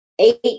eight